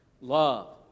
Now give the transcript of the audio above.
Love